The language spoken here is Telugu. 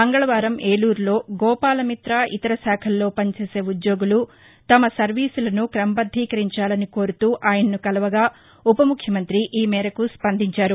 మంగళవారం ఏలూరులో గోపాలమిత్ర ఇతర శాఖల్లో పనిచేసే ఉద్యోగులు తమ సర్వీసులను క్రమబద్దీకరించాలని కోరుతూ ఆయనను కలవగా ఉప ముఖ్యమంత్రి ఈ మేరకు స్పందించారు